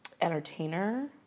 entertainer